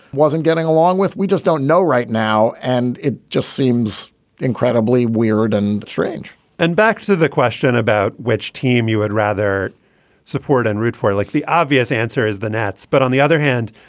wasn't getting along with? we just don't know right now. and it just seems incredibly weird and strange and back to the question about which team you would rather support and root for. like the obvious answer is the nets. but on the other hand,